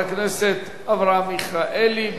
חבר הכנסת אברהם מיכאלי,